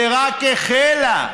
שרק החלה.